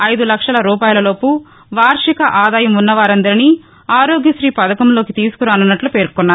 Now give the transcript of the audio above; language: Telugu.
ఐదు లక్షల రూపాయలలోపు వార్షిక ఆదాయం ఉన్నవారందరిని ఆరోగ్యత్రీ పథకంలోకి తీసుకురానున్నట్లు పేర్కొన్నారు